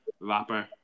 rapper